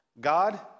God